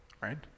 right